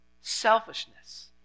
Selfishness